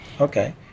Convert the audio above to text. Okay